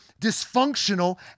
dysfunctional